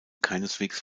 keineswegs